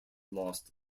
lost